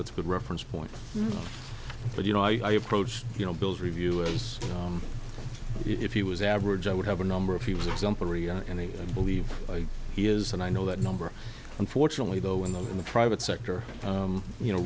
that's a good reference point but you know i approach you know bill's review as if he was average i would have a number of he was exemplary and i believe he is and i know that number unfortunately though in the in the private sector you know